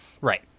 right